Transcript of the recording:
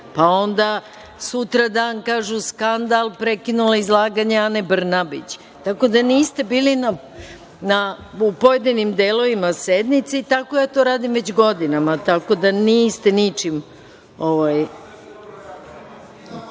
Onda, sutradan kažu – skandal, prekinula je izlaganje Ane Brnabić. Tako da, niste bili u pojedinim delovima sednice. Tako ja to radim već godinama. Tako da, ne, niste